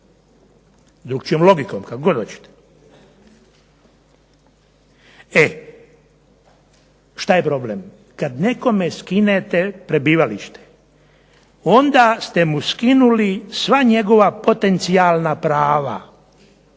drukčijom logikom, kako god hoćete. Šta je problem? Kad nekome skinete prebivalište onda ste mu skinuli sva njegova potencijalna prava,